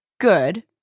good